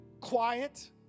quiet